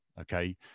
okay